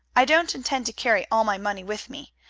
i don't intend to carry all my money with me,